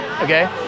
Okay